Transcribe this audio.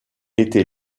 était